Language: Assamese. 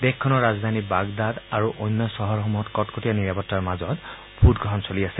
দেশখনৰ ৰাজধানী বাগদাদ আৰু অন্য চহৰসমূহত কটকটীয়া নিৰাপত্তাৰ মাজত ভোটগ্ৰহণ চলি আছে